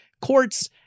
Courts